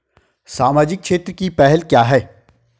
सामाजिक क्षेत्र की पहल क्या हैं?